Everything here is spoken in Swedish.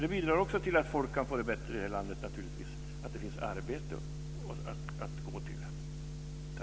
Det bidrar också till att människor kan få det bättre i landet när det finns arbete att gå till.